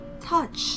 touch